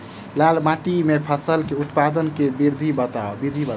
लाल माटि मे फसल केँ उत्पादन केँ विधि बताऊ?